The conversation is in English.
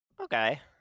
Okay